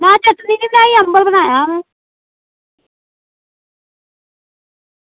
ना चटनी निं बनाई अम्बल बनाया में